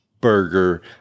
burger